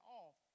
off